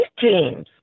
teams